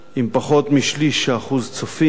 עם פחות משליש האחוז צופים,